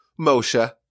Moshe